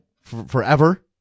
forever